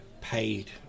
paid